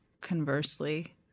conversely